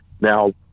Now